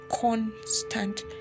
constant